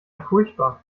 furchtbar